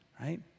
right